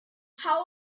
how